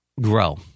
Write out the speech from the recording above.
grow